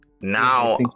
Now